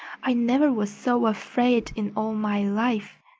i never was so afraid in all my life.